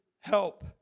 help